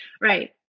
Right